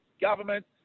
government